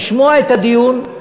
לשמוע את הדיון,